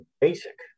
basic